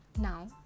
Now